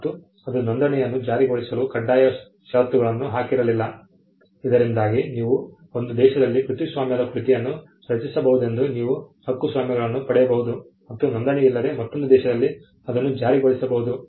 ಮತ್ತು ಅದು ನೋಂದಣಿಯನ್ನು ಜಾರಿಗೊಳಿಸಲು ಕಡ್ಡಾಯ ಶರತ್ತುಗಳನ್ನು ಹಾಕಿರಲಿಲ್ಲ ಇದರಿಂದಾಗಿ ನೀವು ಒಂದು ದೇಶದಲ್ಲಿ ಕೃತಿಸ್ವಾಮ್ಯದ ಕೃತಿಯನ್ನು ರಚಿಸಬಹುದೆಂದು ನೀವು ಹಕ್ಕುಸ್ವಾಮ್ಯಗಳನ್ನು ಪಡೆಯಬಹುದು ಮತ್ತು ನೋಂದಣಿ ಇಲ್ಲದೆ ಮತ್ತೊಂದು ದೇಶದಲ್ಲಿ ಅದನ್ನು ಜಾರಿಗೊಳಿಸಬಹುದು